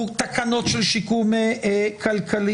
חוק תקנות של שיקום כלכלי,